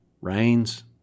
rains